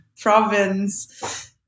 province